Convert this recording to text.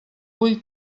vull